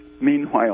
meanwhile